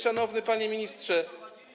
Szanowny Panie Ministrze!